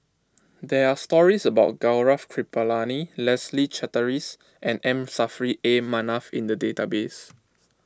there are stories about Gaurav Kripalani Leslie Charteris and M Saffri A Manaf in the database